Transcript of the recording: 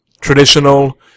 traditional